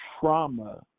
trauma